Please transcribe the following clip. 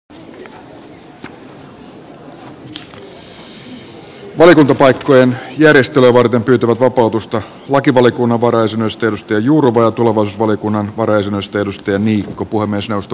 valiokuntapaikkojen järjestelyä varten pyytävät vapautusta lakivaliokunnan varajäsenyydestä johanna jurva ja tulevaisuusvaliokunnan varajäsenyydestä mi ka niikko